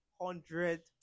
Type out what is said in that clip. hundred